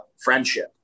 friendship